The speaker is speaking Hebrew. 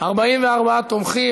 את הצעת חוק הסיוע המשפטי (תיקון,